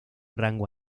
rango